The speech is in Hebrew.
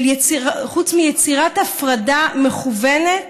חוץ מיצירת הפרדה מכוונת